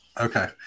okay